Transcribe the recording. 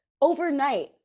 overnight